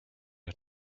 had